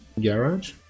garage